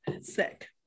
sick